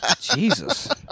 Jesus